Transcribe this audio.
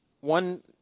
One